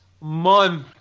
month